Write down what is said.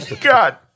God